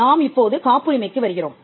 நாம் இப்போது காப்புரிமைக்கு வருகிறோம்